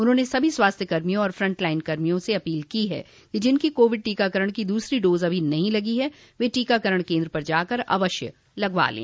उन्होने सभी स्वास्थ्यकर्मियों और फंटलाइनकर्मियों से अपील की है कि जिनकी कोविड टीकाकरण की दूसरी डोज अभी नहीं लगी है वे टीकाकरण केन्द्र पर जाकर अवश्य लगवा लें